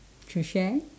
to share